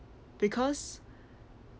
because